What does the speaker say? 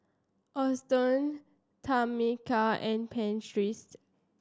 Auston Tamika and Prentiss